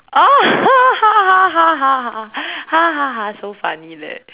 oh so funny leh